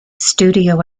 studio